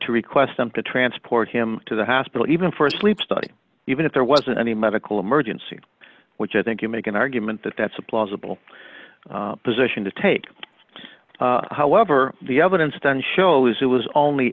to request them to transport him to the hospital even for a sleep study even if there wasn't any medical emergency which i think you make an argument that that's a plausible position to take however the evidence done shows it was